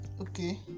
Okay